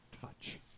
touch